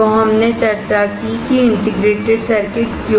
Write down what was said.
तो हमने चर्चा की कि इंटीग्रेटेड सर्किट क्यों